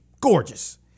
gorgeous